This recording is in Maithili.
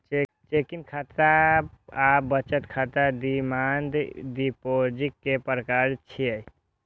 चेकिंग खाता आ बचत खाता डिमांड डिपोजिट के प्रकार छियै